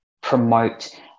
promote